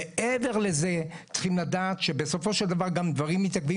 מעבר לזה צריכים לדעת שבסופו של דבר גם דברים מתעכבים,